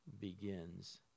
begins